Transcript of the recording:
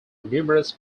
numerous